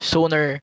Sooner